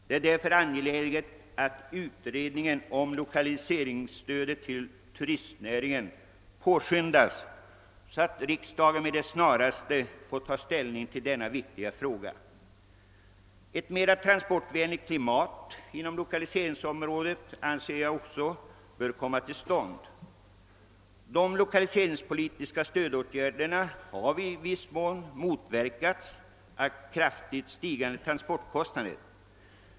Det är därför angeläget att utredningen om lokaliseringsstöd till turistnäringen påskyndas så att riksdagen med det snaraste får ta ställning till denna viktiga fråga. Ett mer transportvänligt klimat inom lokaliseringsområdet bör också skapas) De lokaliseringspolitiska stödåtgärderna har i viss mån motverkats av kraftigt stigande transportkostnader.